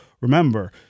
Remember